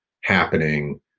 happening